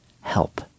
help